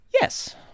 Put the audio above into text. Yes